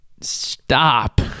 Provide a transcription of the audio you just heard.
Stop